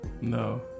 No